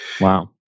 Wow